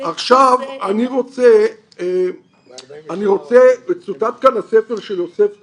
עכשיו אני רוצה, וצוטט כאן הספר של יוסף טובי,